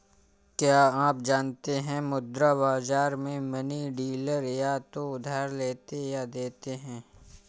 क्या आप जानते है मुद्रा बाज़ार में मनी डीलर या तो उधार लेते या देते है?